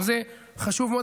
גם זה חשוב מאוד,